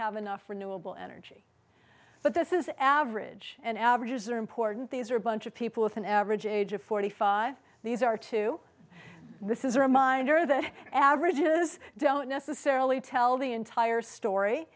have enough renewable energy but this is average and averages are important these are a bunch of people with an average age of forty five these are two this is a reminder that average is don't necessarily tell the entire story